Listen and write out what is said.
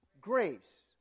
grace